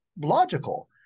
logical